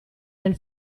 del